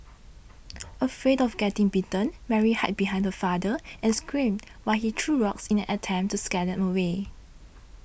afraid of getting bitten Mary hide behind her father and screamed while he threw rocks in an attempt to scare them away